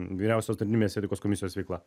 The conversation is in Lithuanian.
vyriausios tarnybinės etikos komisijos veikla